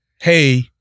hey